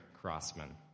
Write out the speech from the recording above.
Crossman